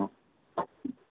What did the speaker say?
অঁ